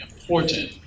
important